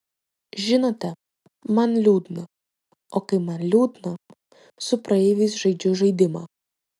žinote man liūdna o kai man liūdna su praeiviais žaidžiu žaidimą